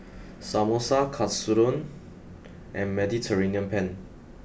Samosa Katsudon and Mediterranean Penne